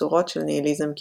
לצורות של ניהיליזם קיומי.